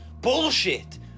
bullshit